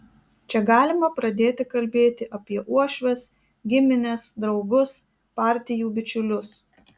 čia galima pradėti kalbėti apie uošves gimines draugus partijų bičiulius